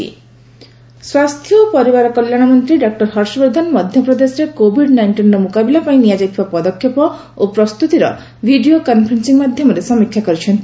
health minister review ସ୍ୱାସ୍ଥ୍ୟ ଓ ପରିବାର କଲ୍ୟାଶମନ୍ତ୍ରୀ ଡକ୍ଟର ହର୍ଷବର୍ଦ୍ଧନ ମଧ୍ୟପ୍ରଦେଶରେ କୋଭିଡ୍ ନାଇଷ୍ଟିନ୍ର ମୁକାବିଲା ପାଇଁ ନିଆଯାଇଥିବା ପଦକ୍ଷେପ ଓ ପ୍ରସ୍ତୁତିର ଭିଡ଼ିଓ କନ୍ଫରେନ୍ସିଂ ମାଧ୍ୟମରେ ସମୀକ୍ଷା କରିଛନ୍ତି